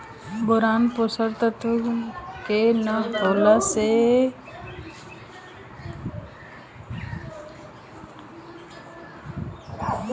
Boron पोषक तत्व के न होला से पौधा कईसे प्रभावित होला?